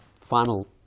final